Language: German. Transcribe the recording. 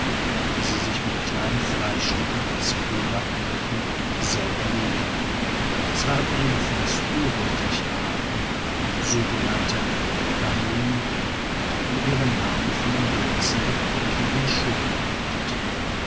die sie sich mit kleinen fleischstücken als köder angelten sehr gelegen es waren ebenfalls urweltliche arten sogenannte ganoiden die ihren namen von den glänzenden eckigen schuppen erhielten